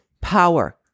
power